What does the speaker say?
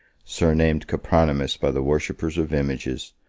surnamed copronymus by the worshippers of images,